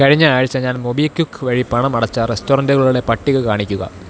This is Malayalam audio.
കഴിഞ്ഞ ആഴ്ച്ച ഞാൻ മൊബീക്വുക്ക് വഴി പണമടച്ച റെസ്റ്റോറൻറ്റുകളുടെ പട്ടിക കാണിക്കുക